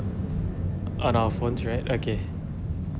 uh on our phones right okay